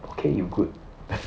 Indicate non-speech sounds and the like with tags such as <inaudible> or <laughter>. okay you good <noise>